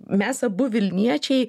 mes abu vilniečiai